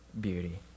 beauty